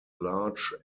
large